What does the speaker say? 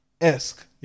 esque